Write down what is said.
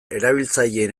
erabiltzaileen